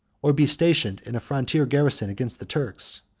or be stationed in a frontier garrison against the turks,